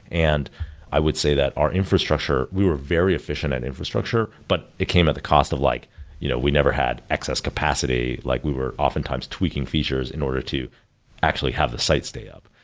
and i would say that our infrastructure, we were very efficient at infrastructure, but it came at the cost of like you know we never had excess excess capacity. like we were often times tweaking features in order to actually have the sites stay up,